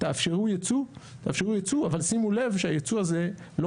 תאפשרו ייצוא אבל שימו לב שהייצוא הזה לא